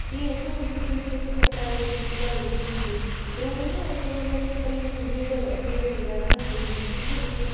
ते एह् ऐ कि हून निक्के निक्के बच्चे इ'यां प्राइवेट स्कूलै आह्ले बच्चे होई गे ते उनें न इक मतलब इ'यां कल्लरस पीरियड बगैरा रखदे होंदे न ओह्दे बिच्च